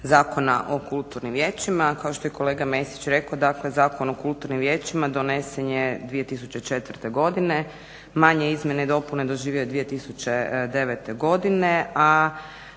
Zakona o kulturnim vijećima. Kao što je kolega Mesić rekao dakle Zakon o kulturnim vijećima donesen je 2004. godine. Manje izmjene i dopune doživio je 2009. godine,